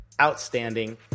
Outstanding